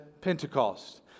Pentecost